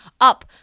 up